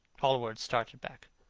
hallward started back.